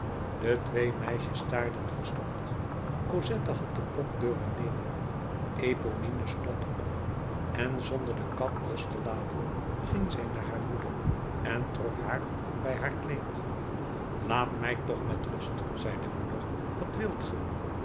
de twee meisjes staarden verstomd cosette had de pop durven nemen eponine stond op en zonder de kat los te laten ging zij naar haar moeder en trok haar bij haar kleed laat mij toch met rust zei de moeder wat wilt ge